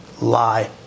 lie